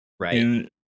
Right